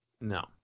No